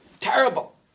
terrible